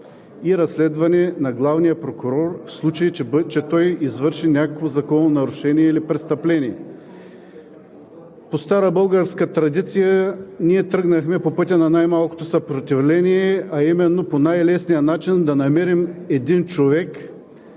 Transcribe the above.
и разследване на главния прокурор, в случай че той извърши някакво закононарушение или престъпление. По стара българска традиция ние тръгнахме по пътя на най-малкото съпротивление, а именно по най-лесния начин да намерим един човек,